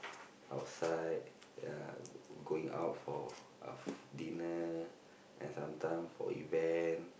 outside ya going out for uh f~ dinner and sometimes for event